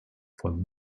von